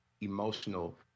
emotional